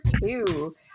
two